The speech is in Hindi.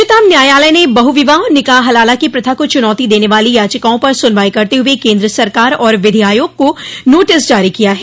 उच्चतम न्यायालय ने बहु विवाह और निकाह हलाला की प्रथा को चुनौती देने वाली याचिकाओं पर सुनवाई करते हुए केन्द्र सरकार और विधि आयोग को नोटिस जारी किया है